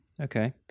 Okay